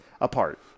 apart